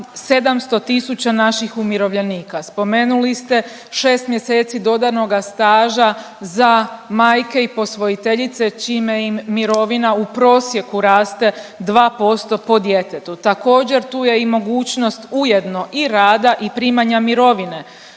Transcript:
700 000 naših umirovljenika. Spomenuli ste 6 mjeseci dodanoga staža za majke i posvojiteljice čime im mirovina u prosjeku raste 2% po djetetu. Također, tu je i mogućnost ujedno i rada i primanja mirovine.